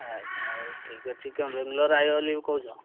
ଆଜ୍ଞା ହଉ ଠିକ୍ ଅଛି କଣ ବେଙ୍ଗଲୋର ଆଇବ ବୋଲି କହୁଛ